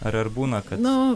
ar būna kad na